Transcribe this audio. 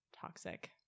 toxic